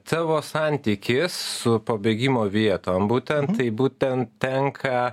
tavo santykis su pabėgimo vietom būtent tai būtent tenka